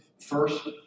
first